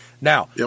Now